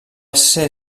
ser